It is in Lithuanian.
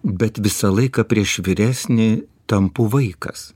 bet visą laiką prieš vyresnį tampu vaikas